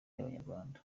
y’abanyarwanda